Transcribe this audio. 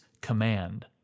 command